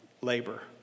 labor